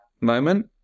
moment